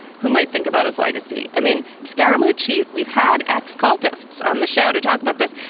who might think about his legacy. i mean, scaramouch, he we've had x cultists on the show to talk about this.